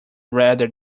rather